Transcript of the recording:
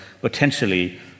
potentially